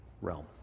realm